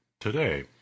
Today